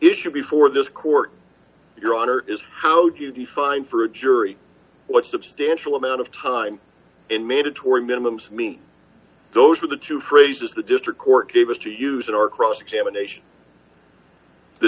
issue before this court your honor is how do you define for a jury what substantial amount of time in mandatory minimums mean those are the two phrases the district court gave us to use in our cross examination the